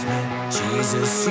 Jesus